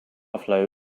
flow